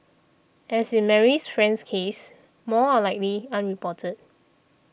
as in Marie's friend's case more are likely unreported